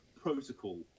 Protocol